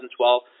2012